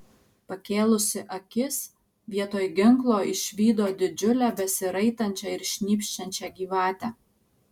pakėlusi akis vietoj ginklo išvydo didžiulę besiraitančią ir šnypščiančią gyvatę